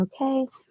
okay